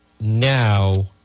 now